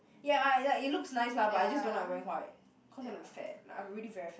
ya I like it looks nice lah but I just don't like wearing white cause I look fat like I'm really very fat